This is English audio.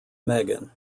megan